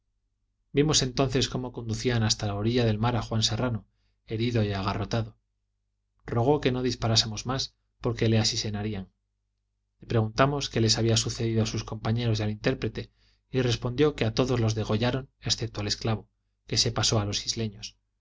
vimos entonces cómo conducían hasta la orilla del mar a juan serrano herido y agarrotado rogó que no disparásemos más porque le asesinarían le preguntamos qué les había sucedido a sus compañeros y al intérprete y respondió que a todos los degollaron excepto al esclavo que se pasó a los isleños